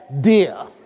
dear